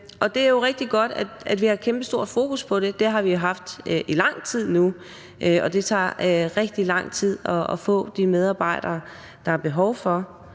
det er jo rigtig godt, at vi har kæmpestort fokus på det. Det har vi jo haft i lang tid nu, og det tager rigtig lang tid at få de medarbejdere, der er behov for,